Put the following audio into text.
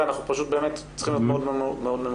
אנחנו צריכים להיות מאוד ממוקדים.